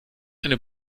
eine